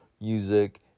music